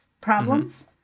problems